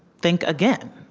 think again,